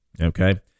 Okay